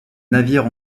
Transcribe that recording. navires